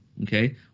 okay